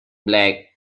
black